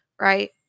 Right